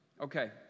Okay